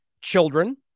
children